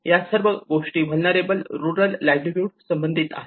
या सर्व गोष्टी व्हेलनेरबल रुरल लाईव्हलीहुड संबंधित आहेत